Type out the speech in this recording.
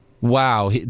Wow